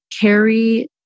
carry